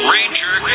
Ranger